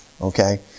Okay